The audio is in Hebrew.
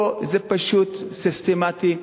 פה זה פשוט סיסטמטי.